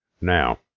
Now